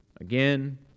Again